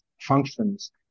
functions